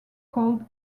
called